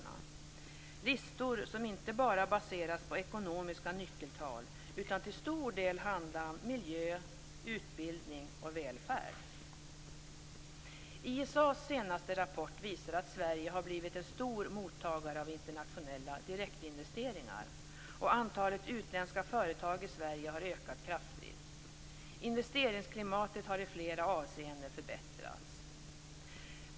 ISA:s senaste rapport visar att Sverige har blivit en stor mottagare av internationella direktinvesteringar och att antalet utländska företag i Sverige har ökat kraftigt. Investeringsklimatet har i flera avseenden förbättrats.